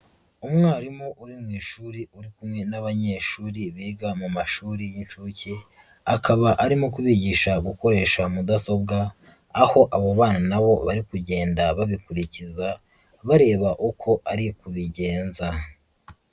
Umwarimu uri mu ishuri uri kumwe n'abanyeshuri biga mu mashuri y'inshuke, akaba arimo kubigisha gukoresha mudasobwa, aho abo bana na bo bari kugenda babikurikiza, bareba uko ari kubigenza.